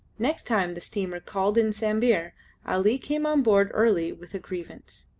next time the steamer called in sambir ali came on board early with a grievance.